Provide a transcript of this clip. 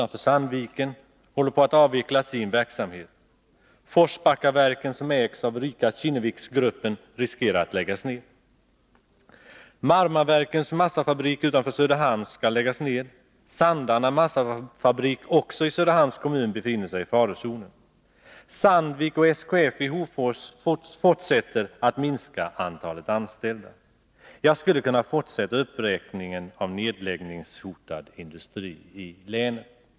ne massafabrik, också i Söderhamns kommun, befinner sig i farozonen. Sandvik och SKF i Hofors fortsätter att minska antalet anställda. Jag skulle kunna fortsätta uppräkningen av nedläggningshotad industri i länet.